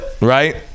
right